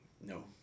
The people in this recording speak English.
No